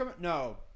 No